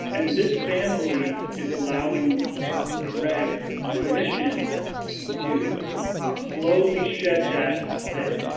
and this family is allowing greg permission to slowly shed that thing.